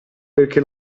perché